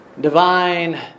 divine